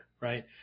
right